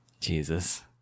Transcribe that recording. Jesus